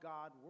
God